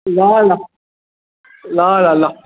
ल ल ल ल ल